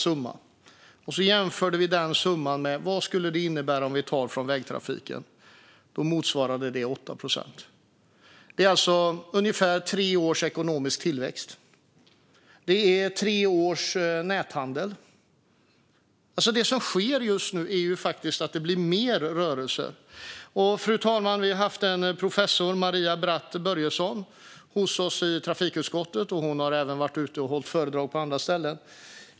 Sedan jämförde vi med vad det skulle innebära om vi tog den mängden från vägtrafiken. Det motsvarade 8 procent. Det är alltså ungefär tre års ekonomisk tillväxt. Det är tre års näthandel. Det som sker nu är faktiskt att det blir mer rörelse. Vi har haft en professor, Maria Bratt Börjesson, hos oss i trafikutskottet. Hon har även varit ute och hållit föredrag på andra ställen.